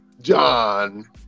John